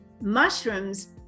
mushrooms